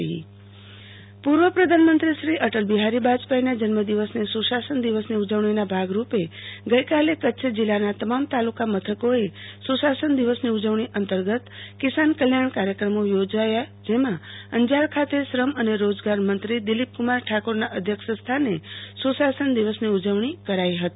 આરતી ભદ્દ અંજારે સુ શાસને દિવસની ઉજવણી પૂર્વ પ્રધાનમંત્રીશ્રી અટલબિહારી વાજપાઇના જન્મ દિવસને સુ શાસન દિવસની ઉજવણીના ભાગરૂપે ગઈકાલે કચ્છ જિલ્લાના તમામ તાલુકા મથકોએ સુ શાસન દિવસની ઉજવણી અંતર્ગત કિસાન કલ્યાણ કાર્યક્રમો યોજાયા જેમાં અંજાર ખાતે શ્રમ અને રોજગાર મંત્રીશ્રી દિલીપકુમાર ઠાકોરના અધ્યક્ષસ્થાને સુ શાસન દિવસની ઉજવણી કરાઇ હતી